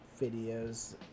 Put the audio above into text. videos